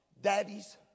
daddies